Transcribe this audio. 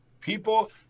People